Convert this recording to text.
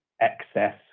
excess